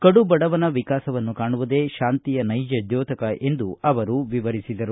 ಕಡು ಬಡವನ ವಿಕಾಸವನ್ನು ಕಾಣುವುದೇ ಶಾಂತಿಯ ನೈಜ ದ್ಯೋತಕ ಎಂದು ಅವರು ವಿವರಿಸಿದರು